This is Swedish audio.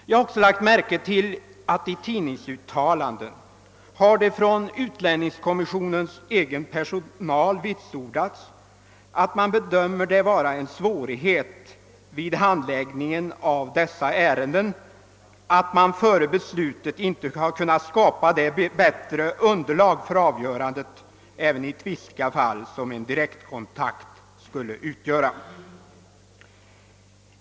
Jag har också lagt märke till att det i tidningsuttalanden från utlänningskommissionens egen personal vitsordas att man bedömer det vara en svårighet vid handläggningen av dessa ärenden att man före beslutet inte kunnat skapa det bättre underlag för avgörandet även i tvistiga fall som en direktkontakt skulle utgöra.